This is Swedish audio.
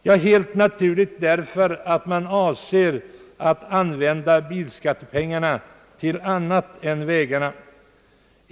Jo, helt naturligt därför att man avser att använda bilskatitepengarna till annat ändamål än vägarna.